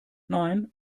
nein